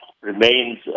remains